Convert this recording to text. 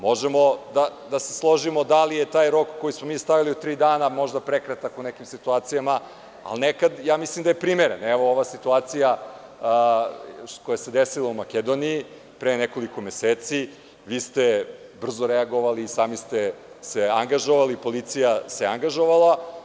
Možemo da se složimo da li je taj rok koji smo mi stavili od tri dana možda prekratak u nekim situacijama, ali nekad ja mislim da je primeren, evo ova situacija koja se desila u Makedoniji pre nekoliko meseci, vi ste brzo reagovali, sami ste se angažovali, policija se angažovala.